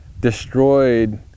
destroyed